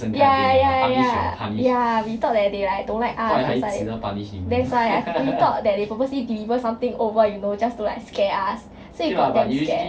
ya ya ya ya ya ya we thought that they like don't like us that's why that's why we thought that they purposely deliver something over you know just to like scare us so we got damn scared